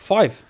Five